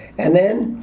and then,